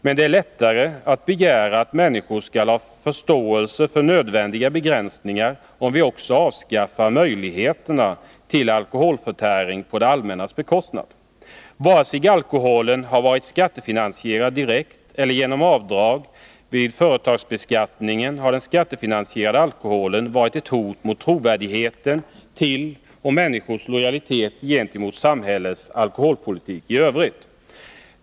Men det är lättare att begära att människor skall ha förståelse för nödvändiga begränsningar om vi också avskaffar möjligheterna till alkoholförtäring på det allmännas bekostnad. Vare sig alkoholen har varit skattefinansierad direkt eller genom avdrag vid företagsbeskattningen har den skattefinansierade alkoholen varit ett hot mot trovärdigheten till och människors lojalitet gentemot samhällets alkoholpolitik i övrigt.